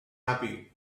happy